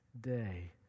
day